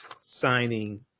signing –